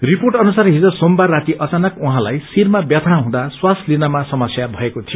report अनुसार डिज सोमबार राती अचानक उहाँलाई शिरमा व्यथा हुँदा श्वास लिनमा समस्या भएको थियो